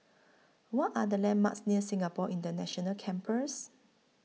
What Are The landmarks near Singapore International Campus